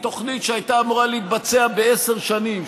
מתוכנית שהייתה אמורה להתבצע בעשר שנים,